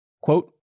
Quote